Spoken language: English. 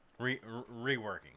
reworking